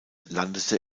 landete